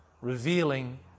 revealing